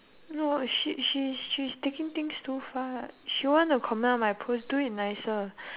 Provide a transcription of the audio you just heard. no she she is she is taking things too far she want to comment on my post do it nicer